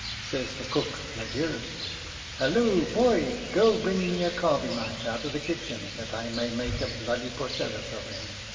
says the cook magirus halloo, boy! go, bring me a carving-knife out of the kitchen, that i may make a bloody porcellus of him.